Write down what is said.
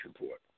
report